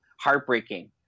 heartbreaking